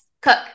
cook